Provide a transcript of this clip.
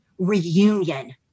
reunion